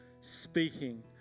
Speaking